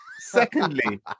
secondly